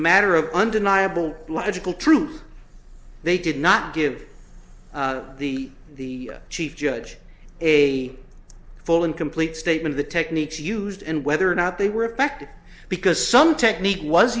matter of undeniable logical truth they did not give the chief judge a full and complete statement the techniques used and whether or not they were effective because some technique was